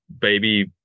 baby